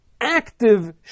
active